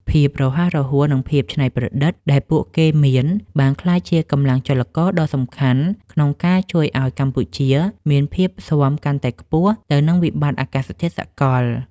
ភាពរហ័សរហួន និងភាពច្នៃប្រឌិតដែលពួកគេមាន បានក្លាយជាកម្លាំងចលករដ៏សំខាន់ក្នុងការជួយឱ្យកម្ពុជាមានភាពស៊ាំកាន់តែខ្ពស់ទៅនឹងវិបត្តិអាកាសធាតុសកល។